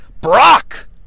Brock